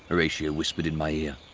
horatio whispered in my ear.